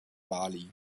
bali